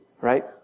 right